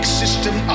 system